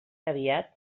aviat